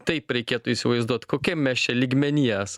taip reikėtų įsivaizduot kokiam mes čia lygmeny esam